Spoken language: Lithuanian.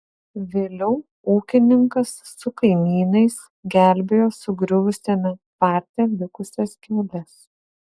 vėliau ūkininkas su kaimynais gelbėjo sugriuvusiame tvarte likusias kiaules